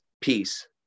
Peace